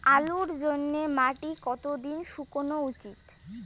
আলুর জন্যে মাটি কতো দিন শুকনো উচিৎ?